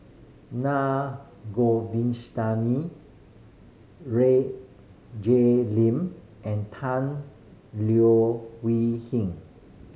Naa Jay Lim and Tan Leo Wee Hin